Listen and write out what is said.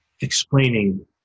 explaining